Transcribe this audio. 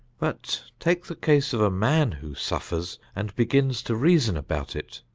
but take the case of a man who suffers and begins to reason about it.